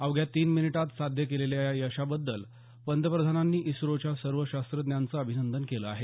अवघ्या तीन मिनिटांत साध्य केलेल्या या यशाबद्दल पंतप्रधानांनी डीआरडीओ च्या सर्व शास्त्रज्ञांचं अभिनंदन केलं आहे